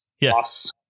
Yes